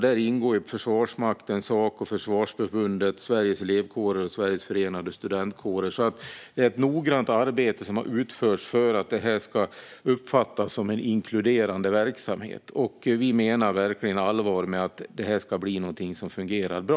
Där ingår Försvarsmakten, Saco, Försvarsförbundet, Sveriges Elevkårer och Sveriges förenade studentkårer. Ett noggrant arbete har alltså utförts för att detta ska uppfattas som en inkluderande verksamhet. Vi menar verkligen allvar med att detta ska bli något som fungerar bra.